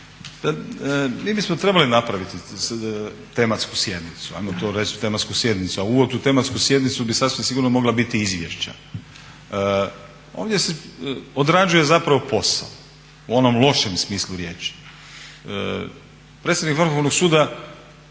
mi bismo trebali napraviti tematsku sjednicu, ajmo to reći tematsku sjednicu, a uvod u tematsku sjednicu bi sasvim sigurno mogla biti izvješća. Ovdje se odrađuje zapravo posao u onom lošem smislu riječi. Predsjednik Vrhovnog suda